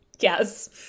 Yes